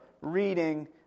reading